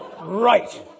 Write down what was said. Right